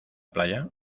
playa